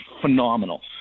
phenomenal